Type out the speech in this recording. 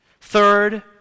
Third